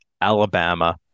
Alabama